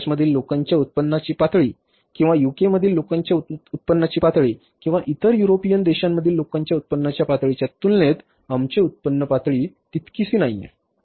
मधील लोकांच्या उत्पन्नाची पातळी किंवा यूकेमधील लोकांच्या उत्पन्नाची पातळी किंवा इतर युरोपियन देशांमधील लोकांच्या उत्पन्नाच्या पातळीच्या तुलनेत आमचे उत्पन्न पातळी तितकेसे नाही